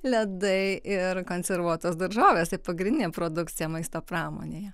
ledai ir konservuotos daržovės tai pagrindinė produkcija maisto pramonėje